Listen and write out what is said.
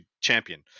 champion